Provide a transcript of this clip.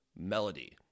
melody